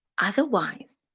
Otherwise